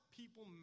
people